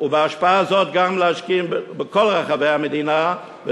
ובהשפעה זאת גם להשכין בכל רחבי המדינה,